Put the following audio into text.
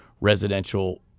residential